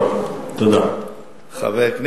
טוב, תודה.